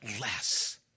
less